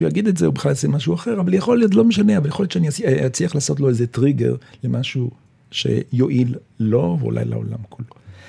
הוא יגיד את זה, הוא בכלל יעשה משהו אחר, אבל יכול להיות לא משנה, אבל יכול להיות שאני אצליח לעשות לו איזה טריגר למשהו שיועיל לו ואולי לעולם כולו.